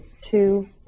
two